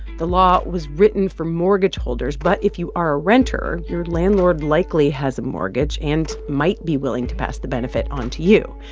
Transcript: the law was written for mortgage holders, but if you are a renter, your landlord likely has a mortgage and might be willing to pass the benefit on to you.